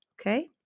okay